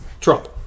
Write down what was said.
Trump